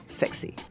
sexy